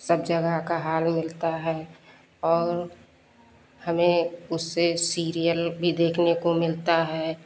सब जगह का हाल मिलता है और हमें उससे सीरियल भी देखने को मिलता है